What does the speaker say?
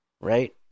right